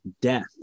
death